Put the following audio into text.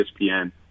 ESPN